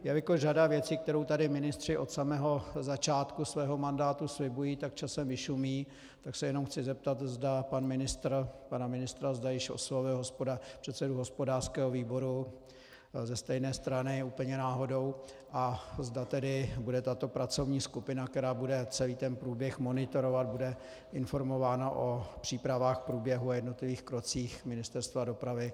Jelikož řada věcí, kterou tady ministři od samého začátku svého mandátu slibují, časem vyšumí, tak se jenom chci zeptat pana ministra, zda již oslovil předsedu hospodářského výboru ze stejné strany, úplně náhodou a zda bude tato pracovní skupina, která bude celý ten průběh monitorovat, informována o přípravách, průběhu a jednotlivých krocích Ministerstva dopravy.